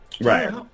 right